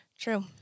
true